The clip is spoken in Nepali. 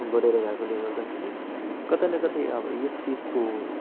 बढेर गएकोले गर्दाखेरि कतै न कतै अब यस चिजको